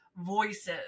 voices